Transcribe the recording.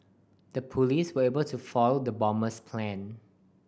the police were able to foil the bomber's plan